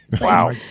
Wow